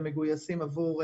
צריך להבין,